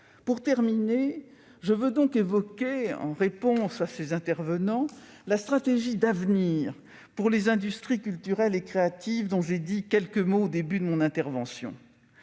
Pour terminer, je veux donc évoquer, en réponse à ces intervenants, la stratégie d'avenir pour les industries culturelles et créatives, dont j'ai dit quelques mots au début de mon intervention.